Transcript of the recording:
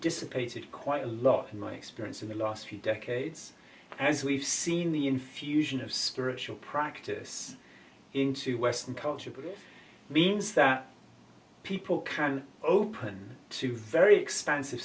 dissipated quite a lot in my experience in the last few decades as we've seen the infusion of spiritual practice into western culture but it means that people can open to very expansive